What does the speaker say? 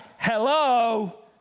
Hello